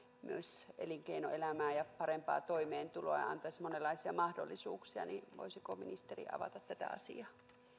elinkeinoelämää ja parempaa toimeentuloa ja antaisi monenlaisia mahdollisuuksia voisiko ministeri avata tätä asiaa